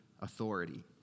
authority